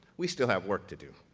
we still have work to do.